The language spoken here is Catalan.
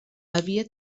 havia